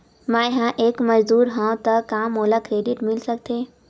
मैं ह एक मजदूर हंव त का मोला क्रेडिट मिल सकथे?